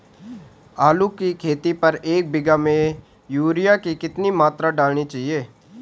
आलू की खेती पर एक बीघा में यूरिया की कितनी मात्रा डालनी चाहिए?